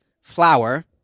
flour